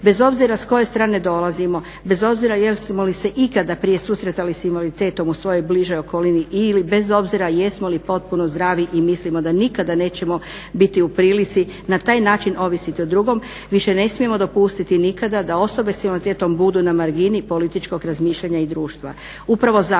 bez obzira s koje strane dolazimo, bez obzira jesmo li se ikada prije susretali s invaliditetom u svojoj bližoj okolini ili bez obzira jesmo li potpuno zdravi i mislimo da nikada nećemo biti u prilici na taj način ovisiti drugom, više ne smijemo dopustiti nikada da osobe s invaliditetom budu na margini političkog razmišljanja i društva.